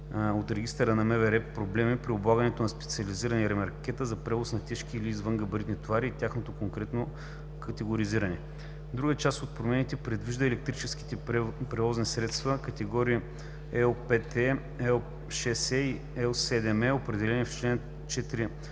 работи (МВР) проблеми при облагането на специализирани ремаркета за превоз на тежки или извънгабаритни товари и тяхното коректно категоризиране. Друга част от промените предвижда електрическите превозни средства категории L5е, L6е и L7е, определени в чл. 4